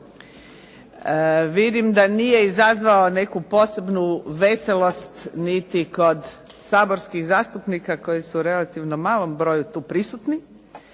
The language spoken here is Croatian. Vidim da nije izazvao neku posebnu veselost niti kod saborskih zastupnika koji su u relativno malom broju tu prisutni,